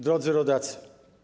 Drodzy Rodacy!